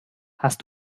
hast